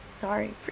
Sorry